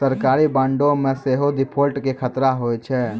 सरकारी बांडो मे सेहो डिफ़ॉल्ट के खतरा होय छै